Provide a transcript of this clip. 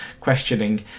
questioning